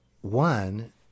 one